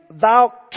thou